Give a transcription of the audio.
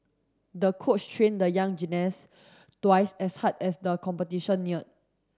the coach trained the young gymnast twice as hard as the competition near